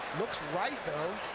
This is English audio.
looks right, though,